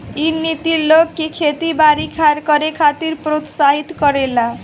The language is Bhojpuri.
इ नीति लोग के खेती बारी करे खातिर प्रोत्साहित करेले